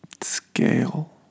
scale